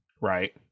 right